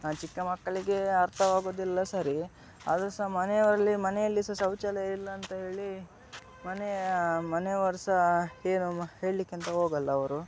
ಆ ಚಿಕ್ಕ ಮಕ್ಕಳಿಗೆ ಅರ್ಥವಾಗುವುದಿಲ್ಲ ಸರಿ ಆದರೂ ಸಹಾ ಮನೆಯಲ್ಲಿ ಮನೆಯಲ್ಲಿ ಸಾ ಶೌಚಾಲಯ ಇಲ್ಲ ಅಂತ ಹೇಳಿ ಮನೆಯ ಮನೆಯವರು ಸಾ ಏನು ಹೇಳಲಿಕ್ಕೆ ಎಂತ ಹೋಗಲ್ಲ ಅವರು